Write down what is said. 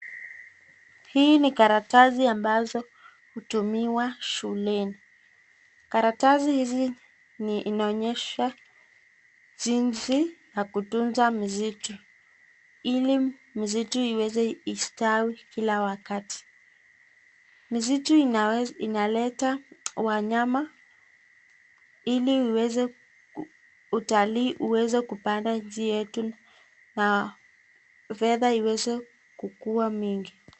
Hii ni karatasi ambazo hutumiwa shuleni. Karatasi hizi ni inaonyesha jinsi ya kutunza misitu, ili misitu iweze istawi kila wakati. Misitu inaweza inaleta wanyama ili iweze utalii uweze kupanda nchi yetu na fedha iweze kukuwa mingi.